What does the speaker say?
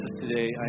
today